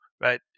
right